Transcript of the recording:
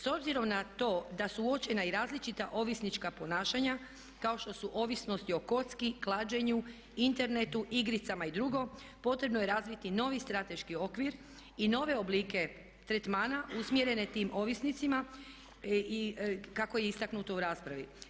S obzirom na to da su uočena i različita ovisnička ponašanja kao što su ovisnosti o kocki, klađenju, internetu, igricama i drugo potrebno je razviti novi strateški okvir i nove oblike tretmana usmjerene tim ovisnicima, kako je istaknuto u raspravi.